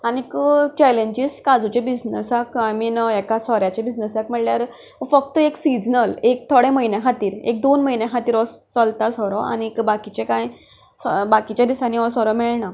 आनी चॅलेंजीस काजूच्या बिजनसाक आय मीन हाका सोऱ्याच्या बिजनसाक म्हणल्यार फकत एक सिजनल एक थोड्यां म्हयन्यां खातीर एक दोन म्हयन्यां खातीर हो चलता सोरो आनी बाकीचें काय बाकीच्या दिसांनी हो सोरो मेळना